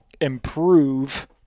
improve